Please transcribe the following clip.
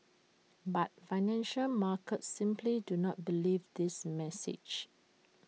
but financial markets simply do not believe this message